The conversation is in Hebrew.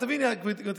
ביהודה